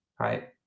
Right